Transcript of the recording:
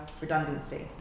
redundancy